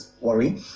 worry